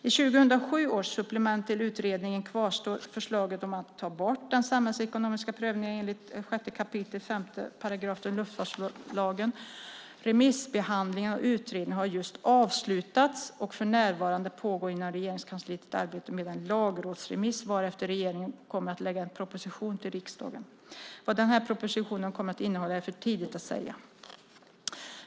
I 2007 års supplement till utredningen kvarstår förslaget om att ta bort den samhällsekonomiska prövningen enligt 6 kap. 5 § luftfartslagen. Remissbehandlingen av utredningen har just avslutats, och för närvarande pågår inom regeringskansliet ett arbete med en lagrådsremiss, varefter regeringen kommer att lägga en proposition till riksdagen. Vad denna proposition kommer att innehålla är för tidigt att säga.